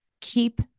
Keep